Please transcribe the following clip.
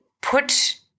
put